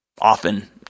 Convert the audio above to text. Often